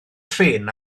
trên